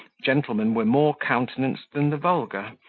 gentlemen were more countenanced than the vulgar,